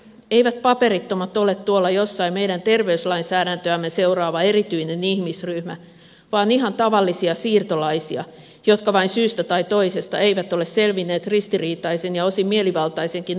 eivät paperittomat ole tuolla jossain meidän terveyslainsäädäntöämme seuraava erityinen ihmisryhmä vaan ihan tavallisia siirtolaisia jotka vain syystä tai toisesta eivät ole selvinneet ristiriitaisen ja osin mielivaltaisenkin oleskelulupabyrokratian läpi